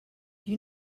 you